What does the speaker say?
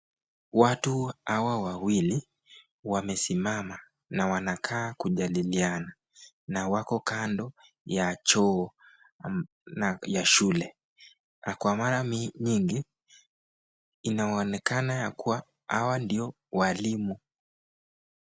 Watu hawa wawili wamesimama na wanakaa kujadiliana na wako kando ya choo ya shule na kwa mara nyingi inaonekana ya kuwa hawa ndio walimu.